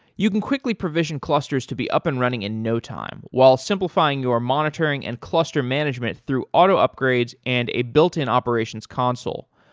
you can quickly provision clusters to be up and running in no time while simplifying your monitoring and cluster management through auto upgrades and a built-in operations console.